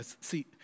See